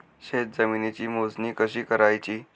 शेत जमिनीची मोजणी कशी करायची?